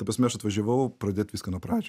ta prasme aš atvažiavau pradėt viską nuo pradžių